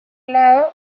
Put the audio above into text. lado